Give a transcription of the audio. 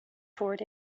toward